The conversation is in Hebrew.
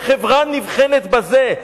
וחברה נבחנת בזה.